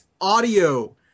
Audio